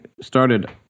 started